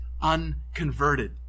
unconverted